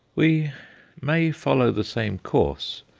we may follow the same course,